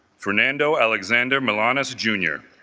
fernando alexander mallanna's jr.